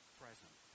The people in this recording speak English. present